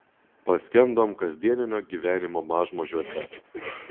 paskendom kasdieninio gyvenimo mažmožiuose